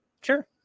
Sure